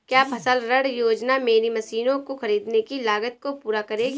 क्या फसल ऋण योजना मेरी मशीनों को ख़रीदने की लागत को पूरा करेगी?